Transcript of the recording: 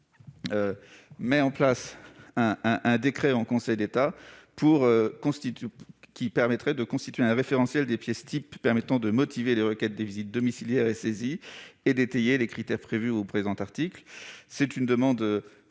demander qu'un décret en Conseil d'État établisse un référentiel des pièces types permettant de motiver les requêtes des visites domiciliaires et saisies et d'étayer les critères prévus au présent article. C'est une demande des juges